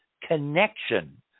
connection